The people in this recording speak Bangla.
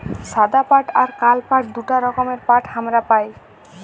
সাদা পাট আর কাল পাট দুটা রকমের পাট হামরা পাই